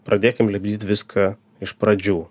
pradėkim lipdyt viską iš pradžių